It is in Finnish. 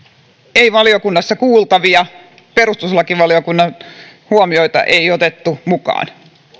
ei valiokunnassa kuultavia perustuslakivaliokunnan huomioita ei ole otettu mukaan